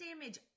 damage